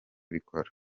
bikora